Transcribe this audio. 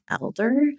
elder